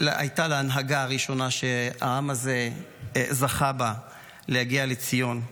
הייתה להנהגה הראשונה שהעם הזה זכה בה להגיע לציון.